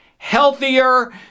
healthier